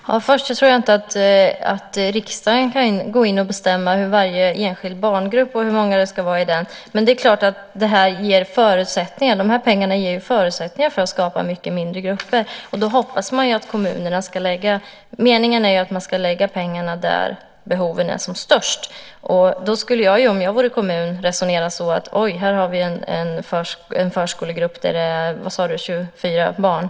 Herr talman! Först tror jag inte att riksdagen kan gå in och bestämma hur varje enskild barngrupp ska se ut och hur många det ska vara i den. Pengarna ger förutsättningar för att skapa mycket mindre grupper. Meningen är att man ska lägga pengarna där behoven är som störst. Om jag vore kommun skulle jag resonera som så: Oj, här har vi en förskolegrupp där det är 24 barn.